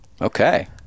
Okay